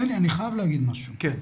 אני חייב להגיד משהו,